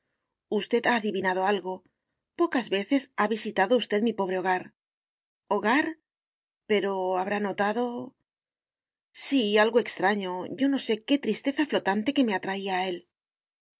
usted ha adivinado algo pocas veces ha visitado usted mi pobre hogar hogar pero habrá notado sí algo extraño yo no sé qué tristeza flotante que me atraía a él